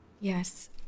Yes